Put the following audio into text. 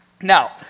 Now